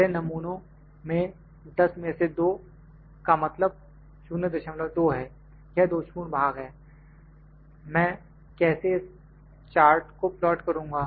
पहले नमूनों में 10 में से 2 का मतलब 02 है यह दोषपूर्ण भाग है मैं कैसे इस चार्ट को प्लाट करूँगा